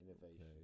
Innovation